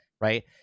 right